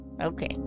okay